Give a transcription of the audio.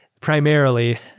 Primarily